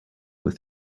were